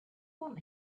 want